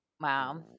wow